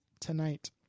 tonight